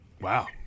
Wow